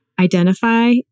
identify